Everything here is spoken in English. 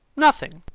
nothing!